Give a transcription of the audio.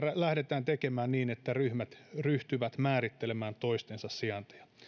lähdetään tekemään niin että ryhmät ryhtyvät määrittelemään toistensa sijainteja